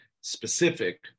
specific